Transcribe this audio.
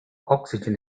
oxygen